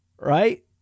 right